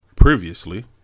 previously